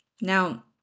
Now